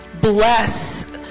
Bless